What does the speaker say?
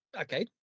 Okay